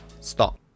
stop